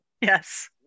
Yes